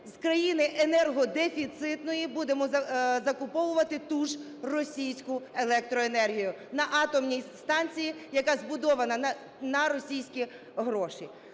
з країни енергодефіцитної будемо закуповувати ту ж російську електроенергію на атомній станції, яка збудована на російські гроші.